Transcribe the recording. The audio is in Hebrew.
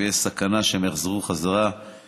ויש סכנה בכך שהם יחזרו למדינתם,